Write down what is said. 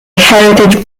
heritage